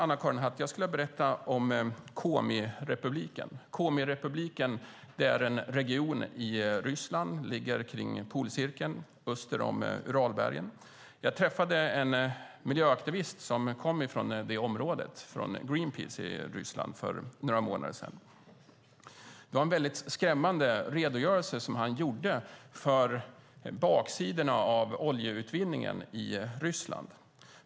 Jag skulle vilja berätta om Komirepubliken, Anna-Karin Hatt. Det är en region i Ryssland. Den ligger kring polcirkeln öster om Uralbergen. För några månader sedan träffade jag en miljöaktivist från Greenpeace i Ryssland som kom från det området. Det var en mycket skrämmande redogörelse som han lämnade över baksidorna av oljeutvinningen i Ryssland.